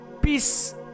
peace